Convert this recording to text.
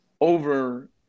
over